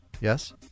Yes